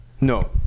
No